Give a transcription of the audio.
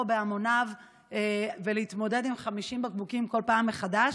בהמוניו ולהתמודד עם 50 בקבוקים בכל פעם מחדש,